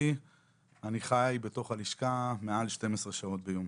זו מערכת יחסים יום-יומית.